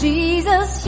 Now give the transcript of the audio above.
Jesus